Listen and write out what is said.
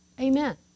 Amen